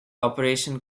operation